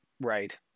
right